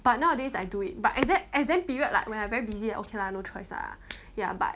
but nowadays I do it but exam exam period like when I very busy lah okay lah no choice lah ya but